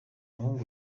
muhungu